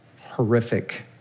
horrific